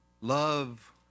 love